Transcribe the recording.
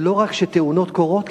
שלא רק שתאונות קורות,